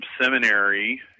seminary